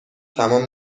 تمام